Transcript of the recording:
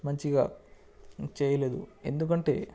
మంచిగా చేయలేదు ఎందుకంటే